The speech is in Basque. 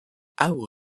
hau